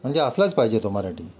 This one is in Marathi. म्हणजे असलाच पाहिजे तो मराठी